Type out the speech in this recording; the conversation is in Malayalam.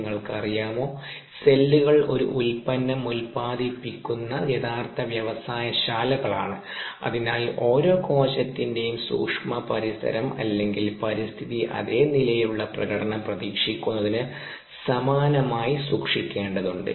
നിങ്ങൾക്കറിയാമോ സെല്ലുകൾ ഒരു ഉൽപ്പന്നം ഉൽപാദിപ്പിക്കുന്ന യഥാർത്ഥ വ്യവസായ ശാലകളാണ് അതിനാൽ ഓരോ കോശത്തിൻറെയും സൂക്ഷ്മ പരിസരം അല്ലെങ്കിൽ പരിസ്ഥിതി അതേ നിലയിലുള്ള പ്രകടനം പ്രതീക്ഷിക്കുന്നതിന് സമാനമായി സൂക്ഷിക്കേണ്ടതുണ്ട്